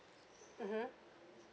mmhmm